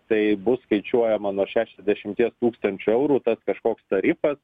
tai bus skaičiuojama nuo šešiasdešimties tūkstančių eurų tas kažkoks tarifas